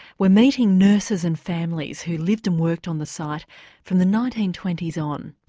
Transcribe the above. we're meeting nurses and families who lived and worked on the site from the nineteen twenty s on.